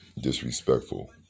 disrespectful